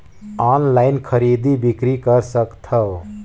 Online खरीदी बिक्री कर सकथव?